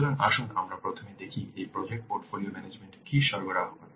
সুতরাং আসুন আমরা প্রথমে দেখি এই প্রজেক্ট পোর্টফোলিও ম্যানেজমেন্ট কী সরবরাহ করে